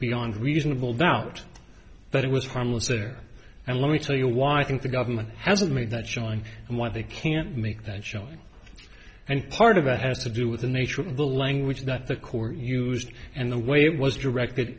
beyond reasonable doubt that it was harmless there and let me tell you why i think the government hasn't made that shine and why they can't make that shot and part of a has to do with the nature of the language that the court used and the way it was directed